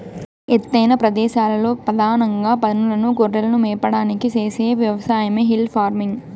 ఎత్తైన ప్రదేశాలలో పధానంగా పసులను, గొర్రెలను మేపడానికి చేసే వ్యవసాయమే హిల్ ఫార్మింగ్